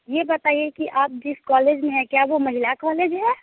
यह बताइए कि आप जिस कॉलेज में है क्या वह महिला कॉलेज है